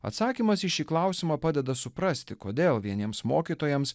atsakymas į šį klausimą padeda suprasti kodėl vieniems mokytojams